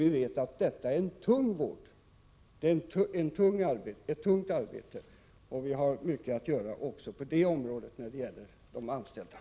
Vi vet att denna vård är ett tungt arbete, och det finns mycket att göra för de anställda också på det området.